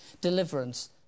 deliverance